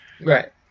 Right